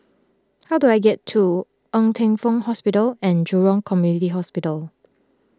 how do I get to Ng Teng Fong Hospital and Jurong Community Hospital